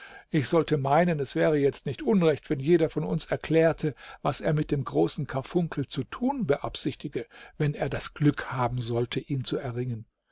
ich sollte meinen es wäre jetzt nicht unrecht wenn jeder von uns erklärte was er mit dem großen karfunkel zu tun beabsichtige wenn er das glück haben sollte ihn zu erringen